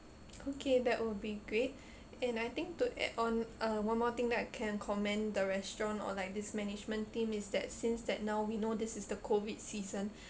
okay that would be great and I think to add on uh one more thing that I can commend the restaurant or like this management team is that since that now we know this is the COVID season